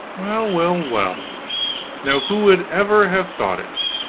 well, well, well now who would ever have thought it?